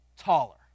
taller